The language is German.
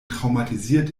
traumatisiert